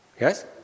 Yes